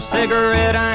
cigarette